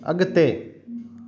अॻिते